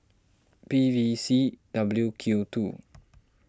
P V C W Q two